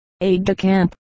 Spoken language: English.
aide-de-camp